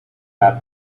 rap